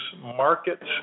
markets